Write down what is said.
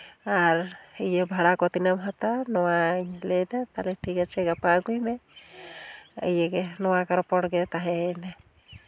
ᱟᱨ ᱤᱭᱟᱹ ᱵᱷᱟᱲᱟ ᱠᱚ ᱛᱤᱱᱟᱹᱜ ᱮᱢ ᱦᱟᱛᱟᱣᱟ ᱱᱚᱣᱟ ᱞᱟᱹᱭᱫᱟ ᱛᱟᱦᱞᱮ ᱴᱷᱤᱠ ᱟᱪᱷᱮ ᱜᱟᱯᱟ ᱟᱹᱜᱩᱭ ᱢᱮ ᱤᱭᱟᱹᱜᱮ ᱱᱚᱣᱟ ᱠᱚ ᱨᱚᱲᱜᱮ ᱛᱟᱦᱮᱸᱭᱮᱱᱟ